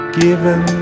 given